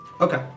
Okay